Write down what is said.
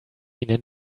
ihnen